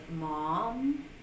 Mom